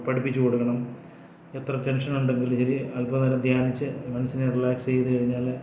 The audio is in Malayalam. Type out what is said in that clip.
പഠിപ്പിച്ച് കൊടുക്കണം എത്ര ടെൻഷൻ ഉണ്ടെങ്കിലും ശരി അൽപ്പനേരം ധ്യാനിച്ച് മനസ്സിനെ റിലാക്സ് ചെയ്തുകഴിഞ്ഞാൽ